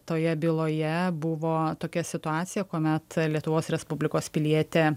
toje byloje buvo tokia situacija kuomet lietuvos respublikos pilietė